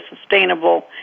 sustainable